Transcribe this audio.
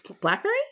Blackberry